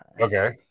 Okay